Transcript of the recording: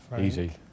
easy